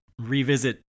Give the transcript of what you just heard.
revisit